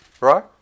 Right